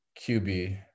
qb